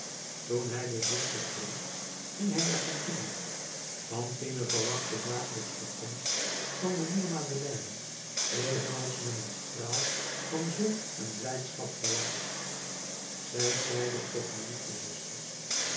toen hij de zuster verliet ging hij naar fantine fantine verwachtte dagelijks de komst van mijnheer madeleine evenals men een straal van zon en blijdschap verwacht zij zeide tot de